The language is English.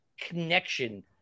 connection